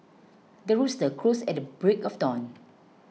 the rooster crows at the break of dawn